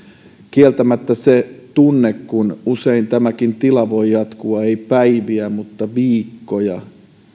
kieltämättä on se tunne kun usein tämäkin tila voi jatkua ei päiviä mutta viikkoja ja